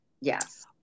Yes